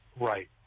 right